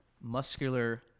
muscular